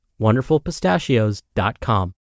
WonderfulPistachios.com